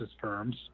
firms